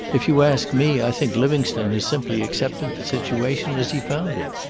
if you ask me, i think livingstone has simply accepted the situation as he found it.